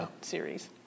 series